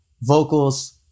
vocals